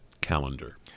calendar